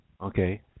okay